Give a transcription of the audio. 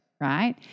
right